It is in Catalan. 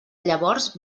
llavors